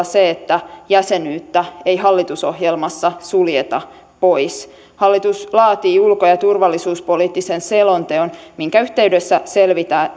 se että jäsenyyttä ei hallitusohjelmassa suljeta pois hallitus laatii ulko ja turvallisuuspoliittisen selonteon minkä yhteydessä selvitetään